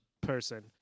person